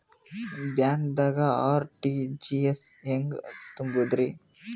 ಬ್ಯಾಂಕ್ದಾಗ ಆರ್.ಟಿ.ಜಿ.ಎಸ್ ಹೆಂಗ್ ತುಂಬಧ್ರಿ?